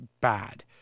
bad